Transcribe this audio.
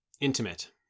intimate